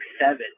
seven